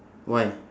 why